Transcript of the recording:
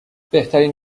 بهترین